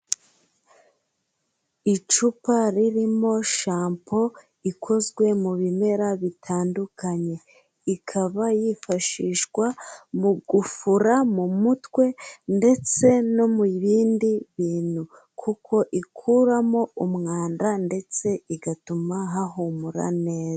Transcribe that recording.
Icupa ririmo shampoo ikozwe mu bimera bitandukanye, ikaba yifashishwa mu gufura mu mutwe, ndetse no mu bindi bintu, kuko ikuramo umwanda, ndetse igatuma hahumura neza.